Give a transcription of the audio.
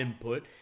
input